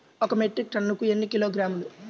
ఒక మెట్రిక్ టన్నుకు ఎన్ని కిలోగ్రాములు?